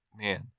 man